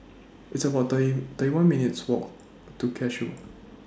It's about thirty one minutes' Walk to Cashew